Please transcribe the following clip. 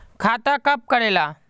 खाता कब करेला?